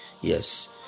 yes